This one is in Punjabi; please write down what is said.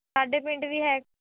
ਸਾਡੇ ਪਿੰਡ ਵੀ ਹੈ